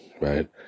right